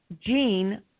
Gene